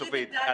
צופית,